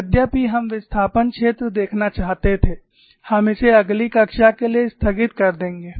यद्यपि हम विस्थापन क्षेत्र देखना चाहते थे हम इसे अगली कक्षा के लिए स्थगित कर देंगे